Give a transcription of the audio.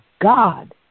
God